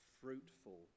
fruitful